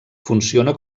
funciona